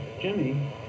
Jimmy